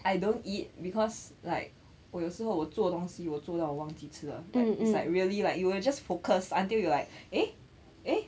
I don't eat because like 我有时候我做东西我做到我忘记吃 lor it's like really like you will just focus until you like eh eh